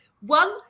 one